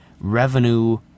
revenue